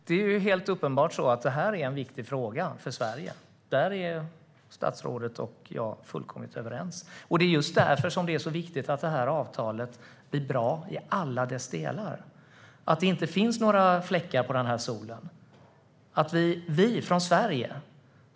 Fru talman! Det är uppenbart att detta är en viktig fråga för Sverige. Här är statsrådet och jag fullkomligt överens. Just därför är det viktigt att avtalet blir bra i alla delar. Det får inte finnas några fläckar på denna sol.